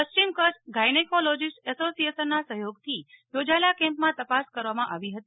પશ્ચિમ Kutch gynaecologist association ના સહયોગથી યોજાયેલા કેમ્પમાં તપાસ કરવામાં આવી હતી